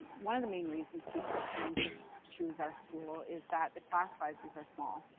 one of the main reasons people tend to choose our school is that the class sizes are small.